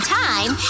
time